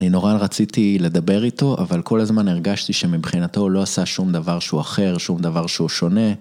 אני נורא רציתי לדבר איתו, אבל כל הזמן הרגשתי שמבחינתו הוא לא עשה שום דבר שהוא אחר, שום דבר שהוא שונה.